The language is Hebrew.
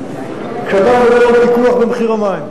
כשאתה מדבר על פיקוח במחיר המים,